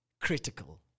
critical